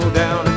down